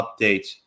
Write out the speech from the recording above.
updates